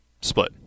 Split